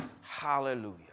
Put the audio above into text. Hallelujah